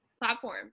platform